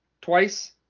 Twice